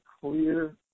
clear